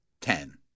Ten